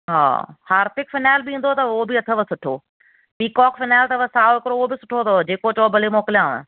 हा Harpic phenyl बि ईंदो अथव उहो बि अथव सुठो पीकॉक फिनाइल अथव साओ हिकिड़ो उहो बि सुठो अथव जेको चओ भले मोकिलियांव